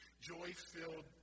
joy-filled